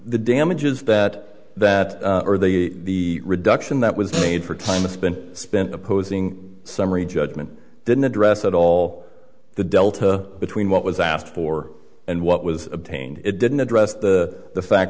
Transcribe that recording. the damages that that or the reduction that was made for time it's been spent opposing summary judgment didn't address at all the delta between what was asked for and what was obtained it didn't address the fact